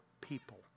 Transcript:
people